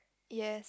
yes